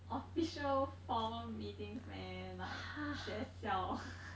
official formal meetings man like 学校